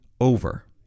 over